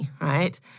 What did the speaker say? right